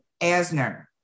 Asner